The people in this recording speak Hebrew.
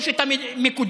או שאתה מקודם,